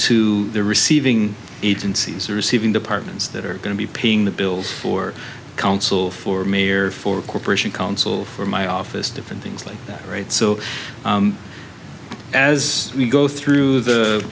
the receiving agencies are receiving departments that are going to be paying the bills for council for mayor for corporation council for my office different things like that right so as we go through the